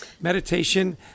meditation